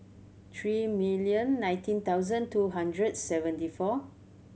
three million nineteen thousand two hundred seventy four